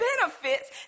benefits